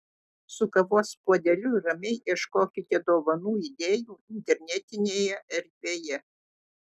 su kavos puodeliu ramiai ieškokite dovanų idėjų internetinėje erdvėje